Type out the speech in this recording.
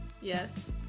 Yes